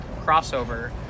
crossover